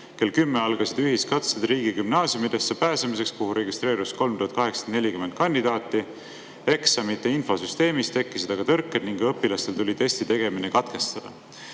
kell 10 algasid ühiskatsed riigigümnaasiumidesse pääsemiseks, kuhu registreerus 3840 kandidaati. Eksamite infosüsteemis tekkisid tõrked ning õpilastel tuli testi tegemine katkestada.